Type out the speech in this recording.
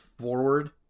forward